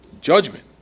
Judgment